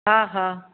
हा हा